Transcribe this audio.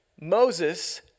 Moses